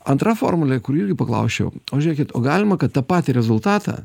antra formulė kur irgi paklausčiau o žiūrėkit o galima kad tą patį rezultatą